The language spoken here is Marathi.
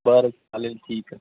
बरं चालेल ठीक आहे